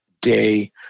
day